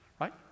right